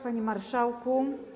Panie Marszałku!